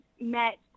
met